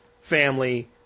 family